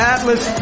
Atlas